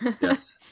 Yes